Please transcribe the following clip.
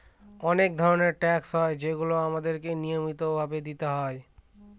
অনেক রকমের ট্যাক্স হয় যেগুলো আমাদেরকে নিয়মিত ভাবে দিতে হয়